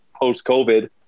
post-COVID